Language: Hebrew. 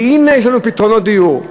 והנה יש לנו פתרונות דיור.